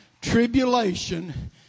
Tribulation